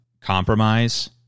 compromise